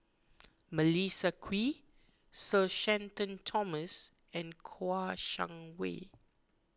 Melissa Kwee Sir Shenton Thomas and Kouo Shang Wei